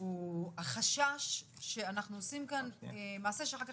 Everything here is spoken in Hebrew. והוא החשש שאנחנו עושים כאן מעשה שאחר כך